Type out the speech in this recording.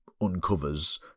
uncovers